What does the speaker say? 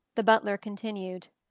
the butler continued,